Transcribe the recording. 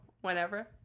whenever